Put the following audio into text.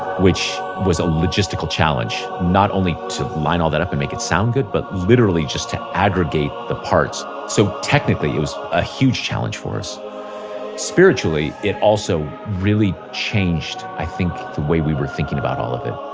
which was a logistical challenge. not only to line all that up and make it sound good, but literally just to aggregate the parts. so technically it was a huge challenge for us spiritually it also really changed, i think, the way we were thinking about all of it.